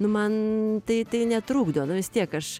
nu man tai tai netrukdo nu vis tiek aš